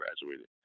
graduated